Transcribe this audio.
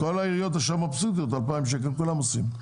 כל העיריות עכשיו מבסוטיות, 2,000 שקל כולם עושים.